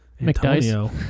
Antonio